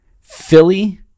Philly